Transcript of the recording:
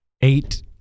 eight –